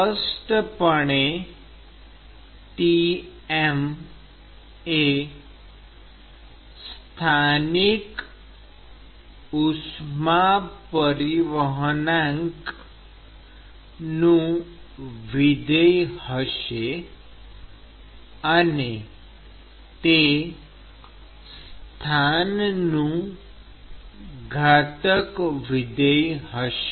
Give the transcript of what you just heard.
સ્પષ્ટપણે Tm એ સ્થાનિક ઉષ્મા પરિવહનાંક નું વિધેય હશે અને તે સ્થાનનું ઘાતક વિધેય હશે